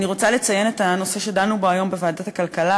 אני רוצה לציין את הנושא שדנו בו היום בוועדת הכלכלה,